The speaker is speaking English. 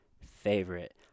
favorite